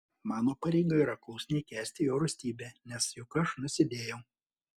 mano pareiga yra klusniai kęsti jo rūstybę nes juk aš nusidėjau